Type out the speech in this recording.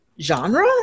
genre